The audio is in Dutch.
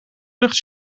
lucht